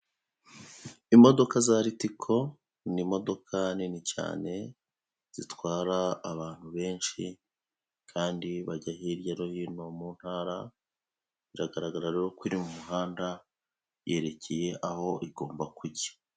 Imodoka za Ritiko, ni imodoka nini cyane, zitwara abantu benshi kandi bajya hirya no hino mu ntara, biragaragara rero ko iri mu muhanda, yerekeye aho ugomba kujya.